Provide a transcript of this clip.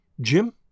Jim